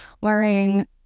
wearing